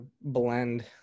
blend